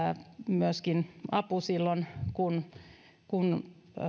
myöskin apu silloin kun kun